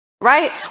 right